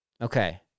Okay